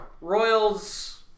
Royals